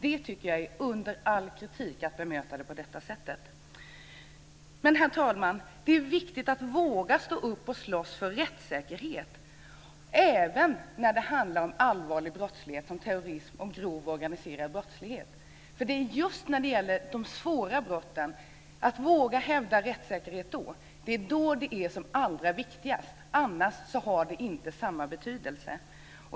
Jag tycker att det är under all kritik att bemöta det på det sättet. Herr talman! Det är viktigt att våga stå upp och slåss för rättssäkerhet även när det handlar om allvarlig brottslighet som terrorism och grov organiserad brottslighet. Det är allra viktigast att våga hävda rättssäkerhet när det gäller de svåra brotten, annars har det inte samma betydelse.